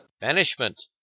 Banishment